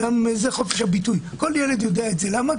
כל ילד יודע את זה, ולמה?